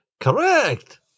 Correct